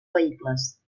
vehicles